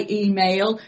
email